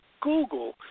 Google